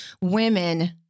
women